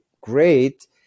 great